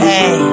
Hey